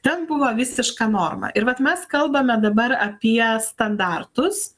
ten buvo visiška norma ir vat mes kalbame dabar apie standartus